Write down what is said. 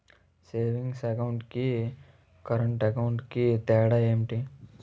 Savings account కి current account కి తేడా ఏమిటి?